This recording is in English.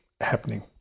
happening